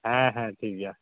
ᱦᱮᱸ ᱦᱮᱸ ᱴᱷᱤᱠ ᱜᱮᱭᱟ